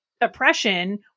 oppression